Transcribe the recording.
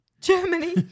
Germany